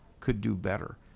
could do better,